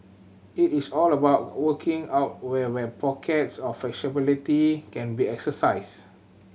it is all about working out where where pockets of flexibility can be exercise